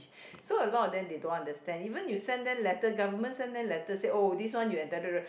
so a lot of them they don't understand even you send them letter government send them letter say oh this one you entitled